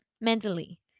mentally